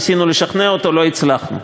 ניסינו לשכנע אותו, לא הצלחנו.